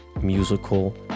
musical